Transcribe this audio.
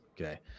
Okay